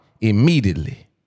immediately